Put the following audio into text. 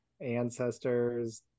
ancestor's